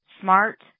smart